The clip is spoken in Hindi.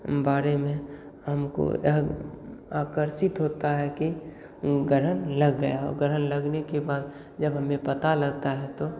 बारे में हमको आकर्षित होता है कि ग्रहण लग गया है और ग्रहण लगने के बाद जब हमें पता लगता है तो